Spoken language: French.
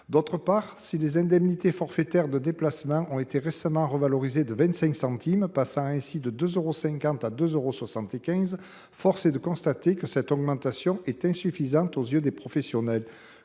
D’autre part, si les indemnités forfaitaires de déplacement ont été récemment revalorisées de 25 centimes, passant ainsi de 2,50 à 2,75 euros, force est de constater que cette augmentation est insuffisante aux yeux des professionnels.